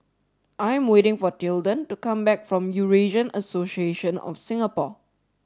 I am waiting for Tilden to come back from Eurasian Association of Singapore